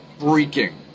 freaking